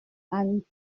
and